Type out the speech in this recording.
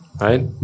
Right